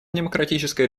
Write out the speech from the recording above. демократическая